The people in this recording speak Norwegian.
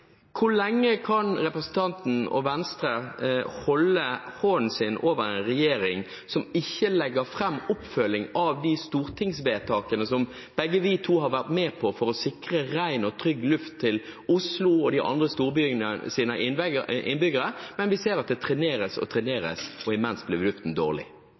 Hvor lenge kan representanten og Venstre holde hånden sin over en regjering som ikke legger fram en oppfølging av de stortingsvedtakene som vi begge har vært med på, for å sikre ren og trygg luft til innbyggerne i Oslo og de andre storbyene? Vi ser at det treneres og treneres, og imens blir luften dårlig.